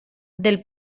del